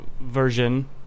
version